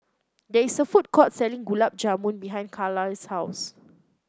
there is a food court selling Gulab Jamun behind Carlisle's house